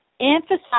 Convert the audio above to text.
emphasize